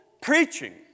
preaching